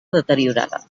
deteriorada